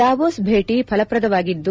Davos ಭೇಟಿ ಫಲಪ್ರದವಾಗಿದ್ದು